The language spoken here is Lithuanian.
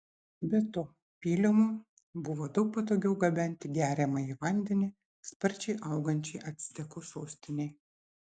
be to pylimu buvo daug patogiau gabenti geriamąjį vandenį sparčiai augančiai actekų sostinei